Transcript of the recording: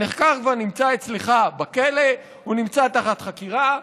הנחקר כבר נמצא אצלך בכלא, הוא נמצא תחת חקירה.